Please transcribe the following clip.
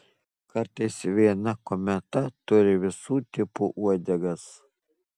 kartais viena kometa turi visų tipų uodegas